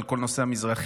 על כל נושא המזרחים,